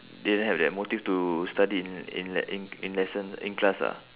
didn't have that motive to study in in le~ in in lessons in class lah